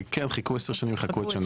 חיכו עשר שנים יחכו עוד שנה.